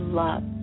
love